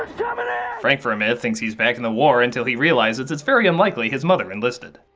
um and frank for a minute thinks he's back in the war until he realizes it's very unlikely his mother enlisted.